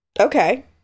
okay